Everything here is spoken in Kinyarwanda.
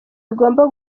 bigomba